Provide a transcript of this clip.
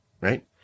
right